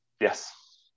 Yes